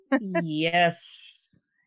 Yes